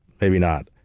maybe not.